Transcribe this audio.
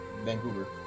Vancouver